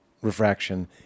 refraction